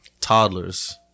toddlers